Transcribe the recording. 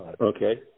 Okay